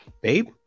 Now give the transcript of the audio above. babe